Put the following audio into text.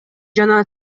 жана